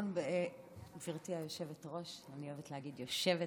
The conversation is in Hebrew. גברתי היושבת-ראש, אני אוהבת להגיד "יושבת-ראש"